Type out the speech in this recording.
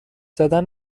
زدن